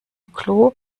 klo